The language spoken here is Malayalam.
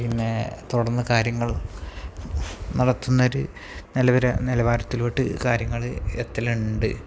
പിന്നേ തുടർന്ന് കാര്യങ്ങൾ നടത്തുന്നൊരു നിലവാരത്തോട്ട് കാര്യങ്ങള് എത്തലുണ്ട്